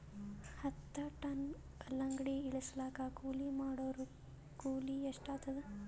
ಹತ್ತ ಟನ್ ಕಲ್ಲಂಗಡಿ ಇಳಿಸಲಾಕ ಕೂಲಿ ಮಾಡೊರ ಕೂಲಿ ಎಷ್ಟಾತಾದ?